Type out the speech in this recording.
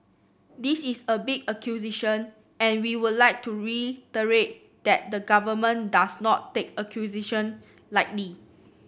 this is a big acquisition and we would like to reiterate that the government does not take acquisition lightly